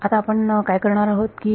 आता आपण काय करणार आहोत की